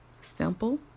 Simple